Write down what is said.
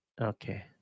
Okay